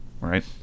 right